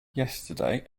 yesterday